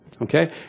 Okay